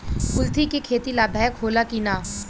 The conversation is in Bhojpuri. कुलथी के खेती लाभदायक होला कि न?